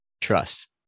Trust